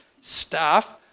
staff